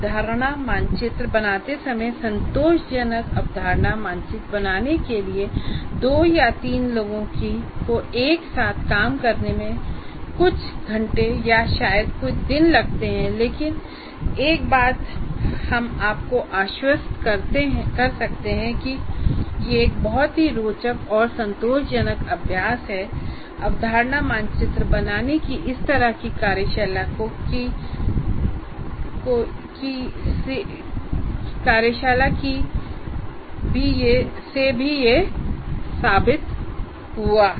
अवधारणा मानचित्र बनाते समय संतोषजनक अवधारणा मानचित्र बनाने के लिए 2 या 3 लोगों को एक साथ काम करने में कुछ घंटे या शायद कुछ दिन लगते हैं लेकिन एक बात हम आपको आश्वस्त कर सकते हैं कि यह एक बहुत ही रोचक और संतोषजनक अभ्यास है अवधारणा मानचित्र बनाने की इस तरह की कार्यशाला से भी ये साबित हुआ